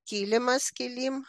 kilimas kylim